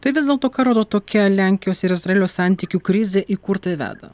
tai vis dėlto ką rodo tokia lenkijos ir izraelio santykių krizė į kur tai veda